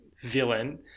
villain